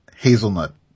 Hazelnut